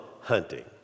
hunting